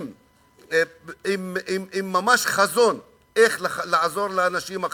עם חזון לעזור לאנשים החלשים,